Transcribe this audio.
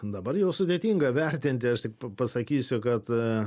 dabar jau sudėtinga vertinti aš tik pasakysiu kad